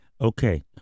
okay